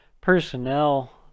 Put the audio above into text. Personnel